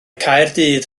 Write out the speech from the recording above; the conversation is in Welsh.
caerdydd